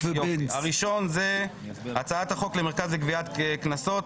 הראשון זה הצעת החוק למרכז לגביית קנסות,